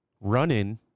run-in